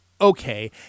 okay